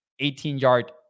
18-yard